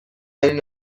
این